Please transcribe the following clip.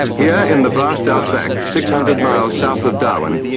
yeah in the vast outback, six hundred miles south of darwin,